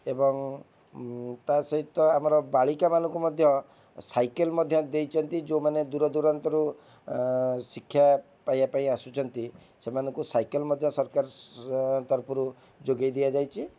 ଏବଂ ତା'ସହିତ ଆମର ବାଳିକାମାନଙ୍କୁ ମଧ୍ୟ ସାଇକେଲ୍ ମଧ୍ୟ ଦେଇଛନ୍ତି ଯେଉଁମାନେ ଦୂରଦୁରାନ୍ତରୁ ଶିକ୍ଷା ପାଇବା ପାଇଁ ଆସୁଛନ୍ତି ସେମାନଙ୍କୁ ସାଇକେଲ୍ ମଧ୍ୟ ସରକାର ତରଫରୁ ଯୋଗେଇ ଦିଆଯାଇଛି